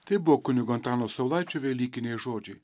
tai buvo kunigo antano saulaičio velykiniai žodžiai